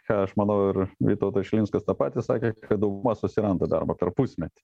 ką aš manau ir vytautas šilinskas tą patį sakė kad dauguma susiranda darbą per pusmetį